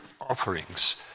offerings